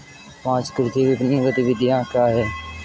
पाँच कृषि विपणन गतिविधियाँ क्या हैं?